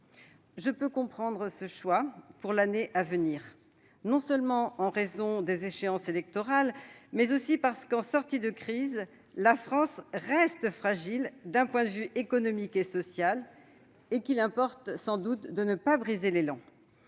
Je peux comprendre ce choix pour l'année à venir, non seulement en raison des échéances électorales, mais aussi parce qu'en sortie de crise la France reste fragile d'un point de vue économique et social. Dans ce contexte, il importe sans doute de ne pas briser l'élan,